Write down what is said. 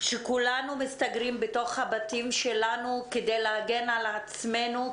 שכולנו מסתגרים בתוך הבתים שלנו כדי להגן על עצמנו,